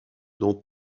dans